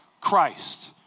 Christ